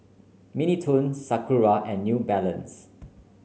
Mini Toons Sakura and New Balance